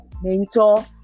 mentor